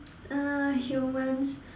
uh humans